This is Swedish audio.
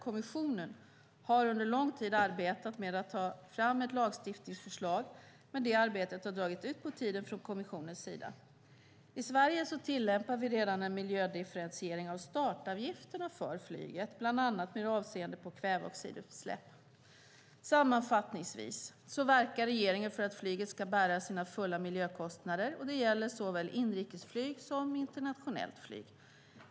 Kommissionen har under lång tid arbetat med att ta fram ett lagstiftningsförslag, men det arbetet har dragit ut på tiden från kommissionens sida. I Sverige tillämpar vi redan en miljödifferentiering av startavgifterna för flyget, bland annat med avseende på kväveoxidutsläpp. Sammanfattningsvis verkar regeringen för att flyget ska bära sina fulla miljökostnader. Det gäller såväl inrikesflyg som internationellt flyg.